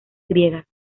griegas